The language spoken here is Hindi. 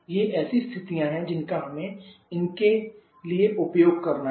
ये ऐसी स्थितियां हैं जिनका हमें इसके लिए उपयोग करना है